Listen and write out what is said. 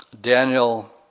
Daniel